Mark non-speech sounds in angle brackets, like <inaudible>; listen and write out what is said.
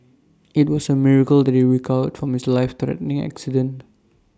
<noise> IT was A miracle that he recovered from his life threatening accident